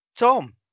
Tom